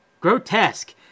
grotesque